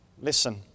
Listen